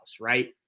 right